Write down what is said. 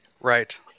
right